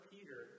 Peter